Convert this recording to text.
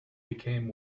became